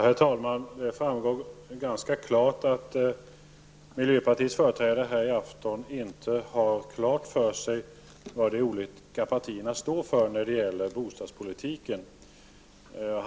Herr talman! Det framgår ganska klart att miljöpartiets företrädare i afton inte har klart för sig vad de olika partierna står för när det gäller bostadspolitiken.